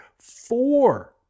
four